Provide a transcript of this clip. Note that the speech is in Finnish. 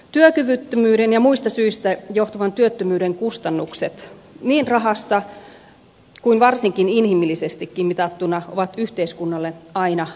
työkyvyttömyyden ja muista syistä johtuvan työttömyyden kustannukset niin rahassa kuin varsinkin inhimillisestikin mitattuna ovat yhteiskunnalle aina liikaa